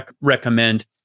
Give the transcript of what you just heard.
recommend